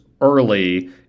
early